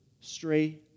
stray